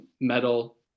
metal